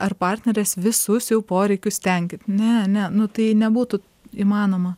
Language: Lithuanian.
ar partnerės visus jau poreikius tenkint ne ne nu tai nebūtų įmanoma